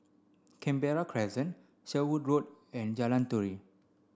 Canberra Crescent Sherwood Road and Jalan Turi